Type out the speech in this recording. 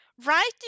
Right